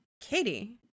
Katie